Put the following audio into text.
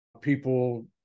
people